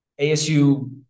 ASU